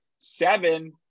Seven